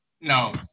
No